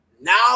Now